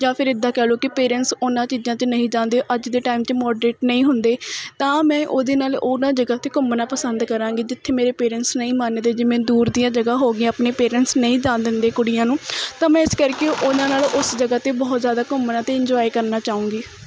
ਜਾਂ ਫਿਰ ਇੱਦਾਂ ਕਹਿ ਲਓ ਕਿ ਪੇਰੈਂਟਸ ਉਹਨਾਂ ਚੀਜ਼ਾਂ 'ਚ ਨਹੀਂ ਜਾਂਦੇ ਅੱਜ ਦੇ ਟਾਈਮ 'ਚ ਮੋਡਰੇਟ ਨਹੀਂ ਹੁੰਦੇ ਤਾਂ ਮੈਂ ਉਹਦੇ ਨਾਲ਼ ਉਹਨਾਂ ਜਗ੍ਹਾ 'ਤੇ ਘੁੰਮਣਾ ਪਸੰਦ ਕਰਾਂਗੀ ਜਿੱਥੇ ਮੇਰੇ ਪੇਰੈਂਟਸ ਨਹੀਂ ਮੰਨਦੇ ਜਿਵੇਂ ਦੂਰ ਦੀਆਂ ਜਗ੍ਹਾ ਹੋ ਗਈਆਂ ਆਪਣੇ ਪੇਰੈਂਟਸ ਨਹੀਂ ਜਾਣ ਦਿੰਦੇ ਕੁੜੀਆਂ ਨੂੰ ਤਾਂ ਮੈਂ ਇਸ ਕਰਕੇ ਉਹਨਾਂ ਨਾਲ਼ ਉਸ ਜਗ੍ਹਾ 'ਤੇ ਬਹੁਤ ਜ਼ਿਆਦਾ ਘੁੰਮਣਾ ਅਤੇ ਇੰਜੋਏ ਕਰਨਾ ਚਾਹੂੰਗੀ